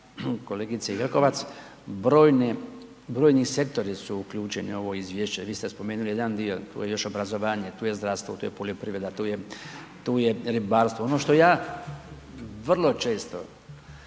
kolegice Jelkovac, brojni sektori su uključeni i u ovo izvješće, vi ste spomenuli jedan dio a tu je još obrazovanje, tu je zdravstvo, tu je poljoprivreda, tu je ribarstvo. Ono što ja vrlo često